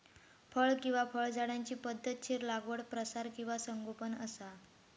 फळ किंवा फळझाडांची पध्दतशीर लागवड प्रसार किंवा संगोपन असा